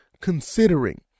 considering